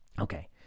Okay